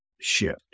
shift